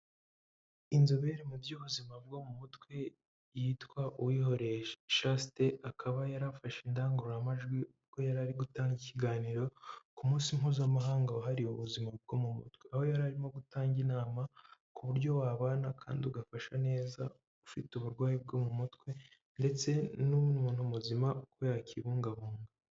Inzobere mu by'ubuzima bwo mu mutwe yitwa Uwihoreye Chaste akaba yarafashe indangururamajwi ubwo yari ari gutanga ikiganiro ku munsi mpuzamahanga wahariwe ubuzima, aho yarimo gutanga inama ku buryo wabana kandi ugafasha neza ufite uburwayi bwo mu mutwe ndetse n'umuntu muzima uko yakibungabunga.